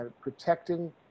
protecting